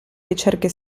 ricerche